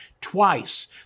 Twice